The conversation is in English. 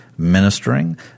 ministering